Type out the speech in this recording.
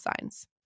Signs